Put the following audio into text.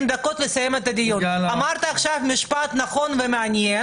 (יו"ר ועדת מיזמי תשתית לאומיים מיוחדים